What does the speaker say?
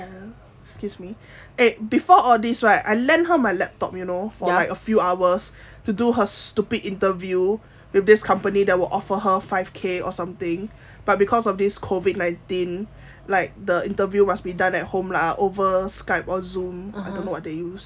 !aiya! excuse me eh before all these right I lend her my laptop you know for like a few hours to do her stupid interview with this company that will offer her five K or something but because of this COVID nineteen like the interview must be done at home lah over skype or zoom I don't know what they use